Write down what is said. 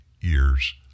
years